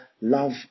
love